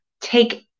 take